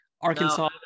Arkansas